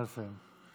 נא לסיים.